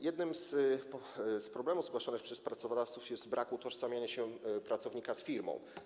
Jednym z problemów zgłaszanych przez pracodawców jest brak utożsamiania się pracownika z firmą.